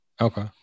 Okay